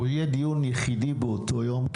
הוא יהיה דיון יחידי באותו יום,